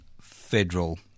federal